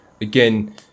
again